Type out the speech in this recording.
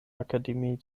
akademie